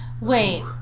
Wait